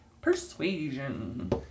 Persuasion